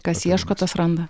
kas ieško tas randa